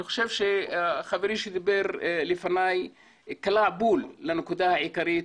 אני חושב שחברי שדיבר לפני קלע במדויק לנקודה העיקרית.